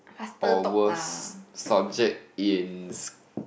or worst subject in s~